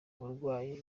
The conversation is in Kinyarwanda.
uburwayi